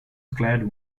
clad